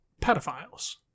pedophiles